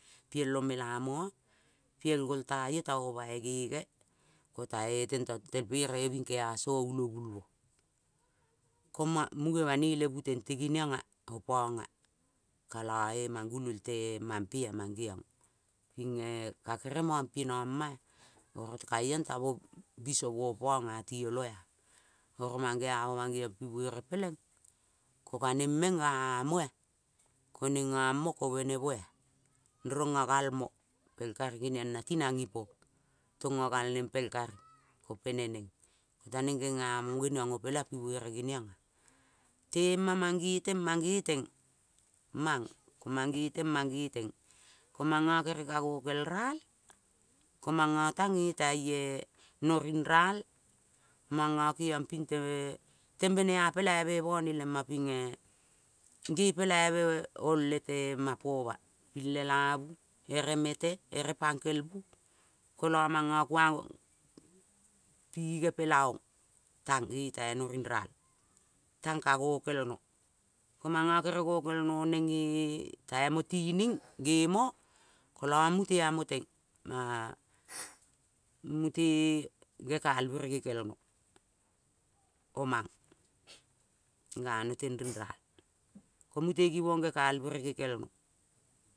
Pielo mela moa piel gol ta io ta mo boi gere ko ta e tento tel pereve bing keaso ulobul mo. Ko munge banoi le bu tente geniong ea opong ea kalo e manguloi tema mpe ea mange ong ka gerel mong ie kieno ma ea kaiong tamo biso mo pong ea ti olo ea. Oro mangea mo mo mangeng pibuere peleng ko ka neng meng nga mo ea. Ko neng ngo mo ke bene mo ea rongo ngal mo pel kan geniong pi na ti nang ipo tongo ngal neng peng kan. Ko peneng. Ko ta neng gena mo geniong opela pi buere geniong ea. Te ma mangeteng mangeteng, mang mangeteng mangeteng ko mango kere ka ngokel ral, komongo tang nge tai no ring ral mongo kengiong ping e tembene a pelaibe bone ie ma ping e nge polaibe ong le tema po ma ping lelabu ere mete ere pankel bu kolo mongo kuang pinge pela ong tang nge taino nngral tang ka ngo kel no. Ko mongo kere ngo ka no nge e tai mo tining nge mo kolo mute ea mo teng ah mute gibong gekal bere ge kel no